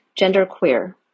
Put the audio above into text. genderqueer